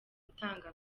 itanga